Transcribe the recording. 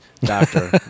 doctor